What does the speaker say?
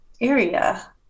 area